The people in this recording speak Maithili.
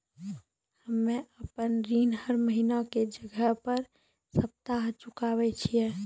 हम्मे आपन ऋण हर महीना के जगह हर सप्ताह चुकाबै छिये